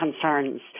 concerns